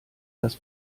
das